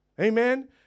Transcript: Amen